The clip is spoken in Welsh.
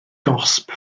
gosb